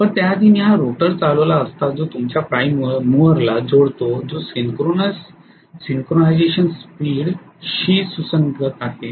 पण त्याआधी मी हा रोटर चालवला असता जो तुमच्या प्राईम मूव्हरला जोडतो जो सिंक्रोनायझेशन स्पीड शी सुसंगत आहे